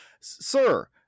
Sir